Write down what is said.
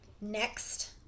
Next